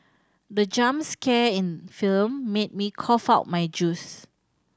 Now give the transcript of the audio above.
the jump scare in the film made me cough out my juice